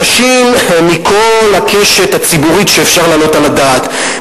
אנשים מכל הקשת הציבורית שאפשר להעלות על הדעת,